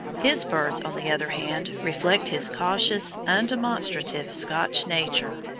his birds, on the other hand, reflect his cautious, undemonstrative scotch nature.